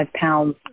pounds